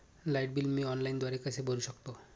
Light bill मी ऑनलाईनद्वारे कसे भरु शकतो?